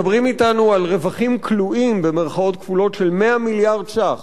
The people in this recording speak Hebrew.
מדברים אתנו על רווחים "כלואים" של 100 מיליארד ש"ח.